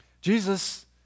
Jesus